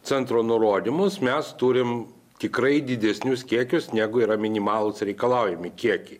centro nurodymus mes turim tikrai didesnius kiekius negu yra minimalūs reikalaujami kiekiai